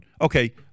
Okay